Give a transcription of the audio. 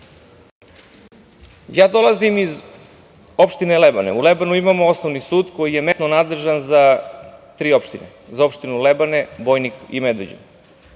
dali. Dolazim iz opštine Lebane. U Lebanu imamo Osnovni sud koji je mesno nadležan za tri opštine, za opštinu Lebane, Bojnik i Medveđu.